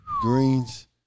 greens